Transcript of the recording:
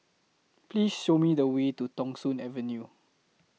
Please Show Me The Way to Thong Soon Avenue